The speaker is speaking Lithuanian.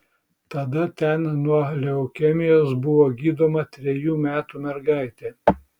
tada ten nuo leukemijos buvo gydoma trejų metų mergaitė